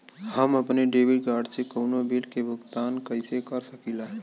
हम अपने debit card से कउनो बिल के भुगतान कइसे कर सकीला?